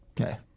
Okay